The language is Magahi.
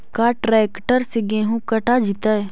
का ट्रैक्टर से गेहूं कटा जितै?